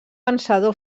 vencedor